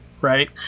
right